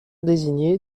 désigné